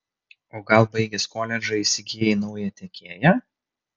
o gal baigęs koledžą įsigijai naują tiekėją